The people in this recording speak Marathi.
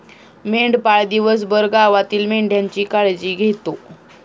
मेंढपाळ दिवसभर गावातील मेंढ्यांची काळजी घेतो